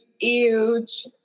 huge